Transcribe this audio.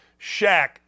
Shaq